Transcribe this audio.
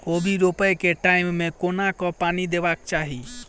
कोबी रोपय केँ टायम मे कोना कऽ पानि देबाक चही?